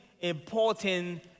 important